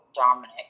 Dominic